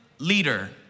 Leader